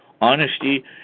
Honesty